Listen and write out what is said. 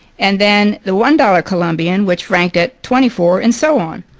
and then the one dollars columbian which ranked at twenty four, and so on.